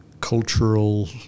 cultural